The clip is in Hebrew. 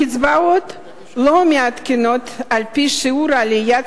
הקצבאות לא מעודכנות על-פי שיעור עליית